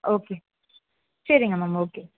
okay சரிங்க ma'am okay